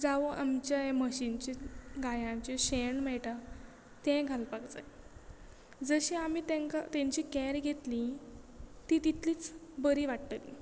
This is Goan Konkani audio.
जावो आमच्या म्हशींचें गायांचे शेण मेळटा तें घालपाक जाय जशी आमी तांकां तांची कॅर घेतली ती तितलीच बरी वाडटली